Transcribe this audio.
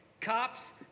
Cops